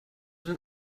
den